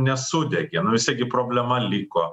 nesudegė nu jisai gi problema liko